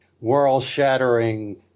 world-shattering